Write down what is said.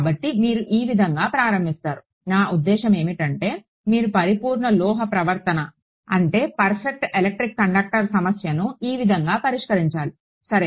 కాబట్టి మీరు ఈ విధంగా ప్రారంభిస్తారు నా ఉద్దేశ్యం ఏమిటంటే మీరు పరిపూర్ణ లోహ ప్రవర్తన అంటే పర్ఫెక్ట్ ఎలక్ట్రిక్ కండక్టర్ సమస్యను ఈ విధంగా పరిష్కరించాలి సరే